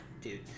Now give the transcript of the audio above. Dude